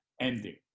ending